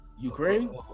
Ukraine